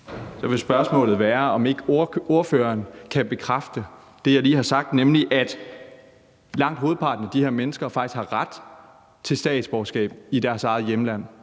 Så vil spørgsmålet være, om ikke ordføreren kan bekræfte det, jeg lige har sagt, nemlig at langt hovedparten af de her mennesker faktisk har ret til statsborgerskab i deres eget hjemland,